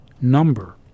number